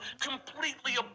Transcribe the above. completely